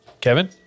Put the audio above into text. Kevin